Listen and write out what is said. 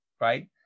right